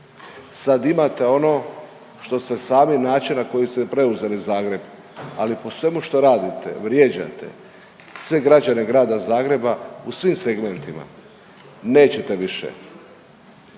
sad imate ono što ste sami način na koji ste preuzeli Zagreb, ali po svemu što radite vrijeđate sve građane Grada Zagreba u svim segmentima nećete više.